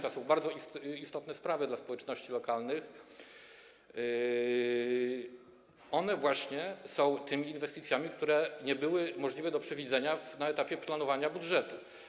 To są bardzo istotne sprawy dla społeczności lokalnych, one właśnie są tymi inwestycjami, które nie były możliwe do przewidzenia na etapie planowania budżetu.